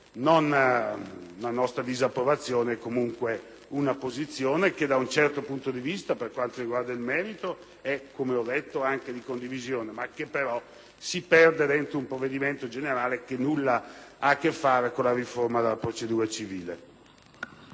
non la nostra disapprovazione, ma comunque una posizione che da un certo punto di vista, per quanto riguarda il merito, è anche di condivisione, ma si perde in un provvedimento generale che nulla ha a che fare con la riforma della procedura civile.